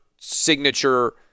signature